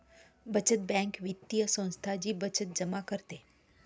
बचत बँक वित्तीय संस्था जी बचत जमा करते